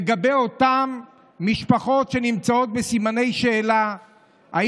לגבי אותן משפחות שנמצאות בסימני שאלה אם